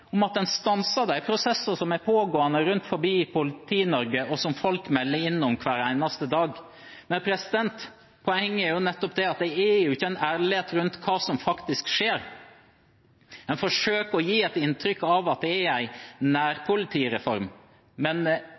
om at en stanser de prosessene som er pågående rundt omkring i Politi-Norge, og som folk melder inn om hver eneste dag. Poenget er jo nettopp at det er ikke en ærlighet rundt hva som faktisk skjer. Man forsøker å gi et inntrykk av at det er en nærpolitireform, men